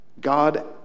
God